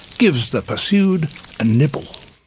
gives the pursued a nibble.